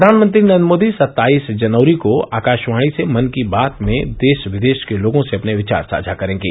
प्रधानमंत्री नरेन्द्र मोदी सत्ताईस जनवरी को आकाशवाणी से मन की बात में देश विदेशों के लोगों से अपने विचार साझा करेंगे